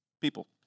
People